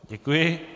Děkuji.